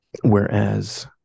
whereas